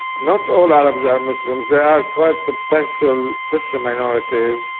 not all arabs are muslims there are quite substantial christian minorities.